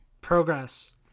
progress